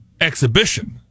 exhibition